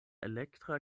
elektra